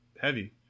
heavy